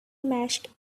mashed